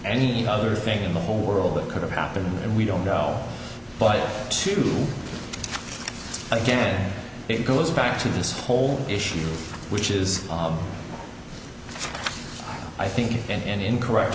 any other thing in the whole world that could have happened and we don't know but to again it goes back to this whole issue which is i think and in correct